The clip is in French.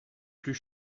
plus